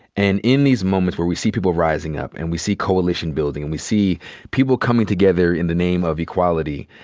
and in these moments where we see people rising up, and we see coalition building, and we see people coming together in the name of equality,